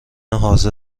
حاضر